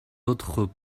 autres